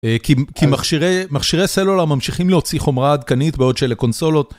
כי מכשירי סלולר ממשיכים להוציא חומרה עדכנית בעוד שאלה קונסולות.